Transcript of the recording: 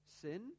sin